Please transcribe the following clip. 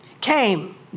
came